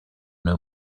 know